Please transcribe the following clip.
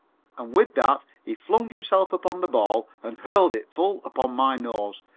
and with that he flung himself upon the ball and hurled it full upon my nose,